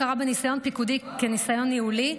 הכרה בניסיון פיקודי כניסיון ניהולי),